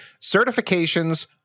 certifications –